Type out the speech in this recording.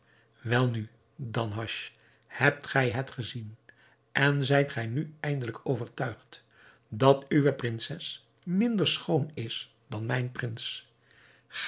welnu danhasch hebt gij het gezien en zijt gij nu eindelijk overtuigd dat uwe prinses minder schoon is dan mijn prins